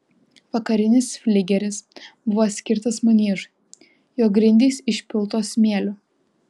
vakarinis fligelis buvo skirtas maniežui jo grindys išpiltos smėliu